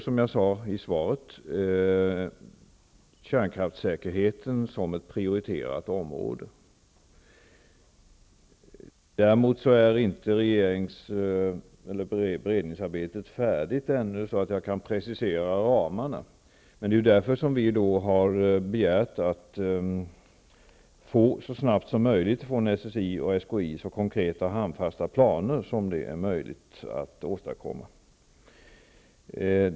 Som jag sade i svaret ingår kärnkraftssäkerheten som ett prioriterat område. Beredningsarbetet är ännu inte slutfört, så därför kan jag inte precisera ramarna. Vi har begärt att SSI och SKI så snart som möjligt skall presentera så konkreta och handfasta planer som det går att åstadkomma.